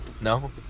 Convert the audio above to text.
No